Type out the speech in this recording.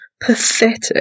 Pathetic